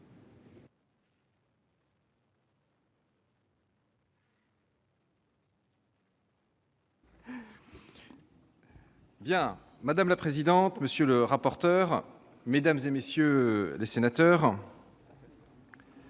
Madame la présidente, monsieur le rapporteur, mesdames, messieurs les sénateurs,